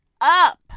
up